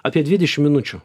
apie dvidešim minučių